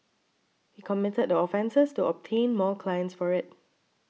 he committed the offences to obtain more clients for it